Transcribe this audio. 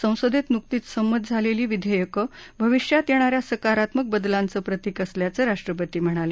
संसदेत नुकतीच संमत झालेली विधेयकं भविष्यात येणा या सकारात्मक बदलांचं प्रतिक असल्याचं राष्ट्रपती म्हणाले